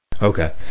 okay